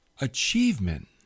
Achievement